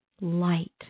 light